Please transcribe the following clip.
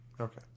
Okay